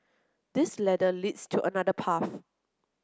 this ladder leads to another path